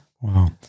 wow